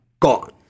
Gone